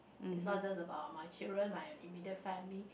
it's not just about my children my immediate family